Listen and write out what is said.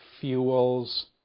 fuels